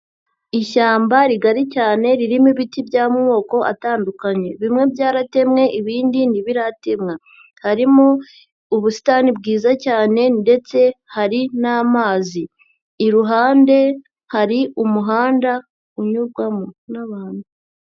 Ishyamba rigari cyane ririmo ibiti by'amoko atandukanye. Bimwe byaratemwe ibindi ntibiratemwa. Harimo ubusitani bwiza cyane ndetse hari n'amazi. Iruhande hari umuhanda unyurwamo n'abantu.